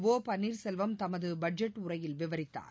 ஒபன்னீர்செல்வம் தமது பட்ஜெட் உரையில் விவரித்தார்